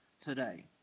today